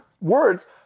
words